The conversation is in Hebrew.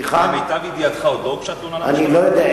אני לא יודע.